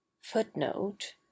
Footnote